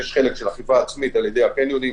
יש אכיפה עצמית על ידי הקניונים,